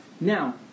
Now